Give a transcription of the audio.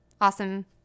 awesome